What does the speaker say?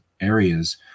areas